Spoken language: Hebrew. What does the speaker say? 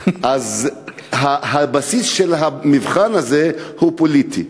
אז הבסיס של המבחן הזה הוא פוליטי.